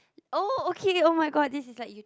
oh okay [oh]-my-god this is like